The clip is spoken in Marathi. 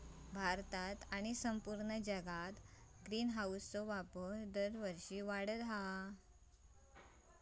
भारतात आणि संपूर्ण जगात ग्रीनहाऊसचो वापर दरवर्षी वाढता हा